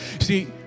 see